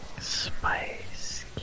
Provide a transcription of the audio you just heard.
Spice